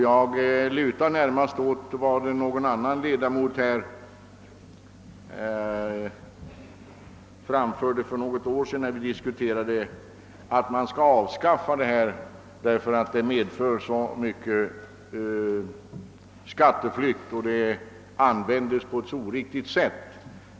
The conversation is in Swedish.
Jag lutar närmast åt samma uppfattning som en ledamot framförde när vi här i kammaren för något år sedan diskuterade saken, nämligen att man skall slopa dessa regler därför att de utnyttjas på ett så oriktigt sätt och leder till så mycken skatteflykt.